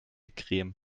creme